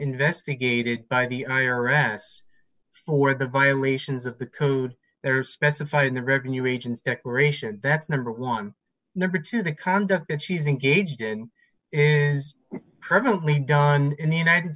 investigated by the i r s for the violations of the code they're specified in the revenue agents declaration that's number one number two the conduct that she's engaged in is presently done in the united